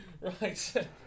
Right